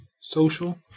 social